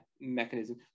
mechanism